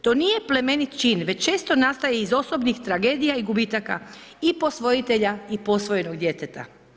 To nije plemenit čin već često nastaje iz osobnih tragedija i gubitaka i posvojitelja i posvojenog djeteta.